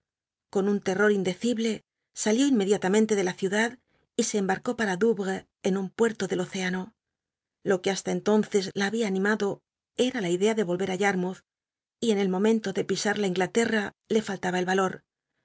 con un terror indecible salió inmediatamente de la ciudad y se embarcó pata douvres en un merlo del océano lo que hasta entonces la había animado era la idea de volver á yatmouth y en el momento de pisar la inglatetta le faltaba el alot